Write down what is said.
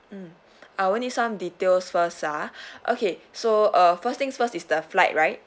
mm I'll need some details first ah okay so uh first things first is the flight right